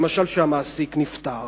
למשל כשהמעסיק נפטר,